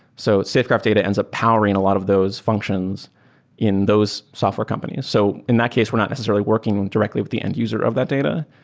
so safegraph data ends up powering a lot of those functions in those software companies. so in that case, we're not necessarily working directly with the end user of that data.